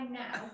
now